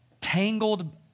tangled